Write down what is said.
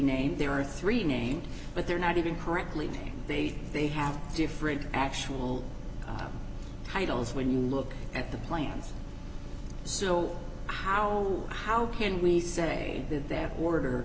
named there are three names but they're not even correctly they say they have different actual titles when you look at the plans so how how can we say that their order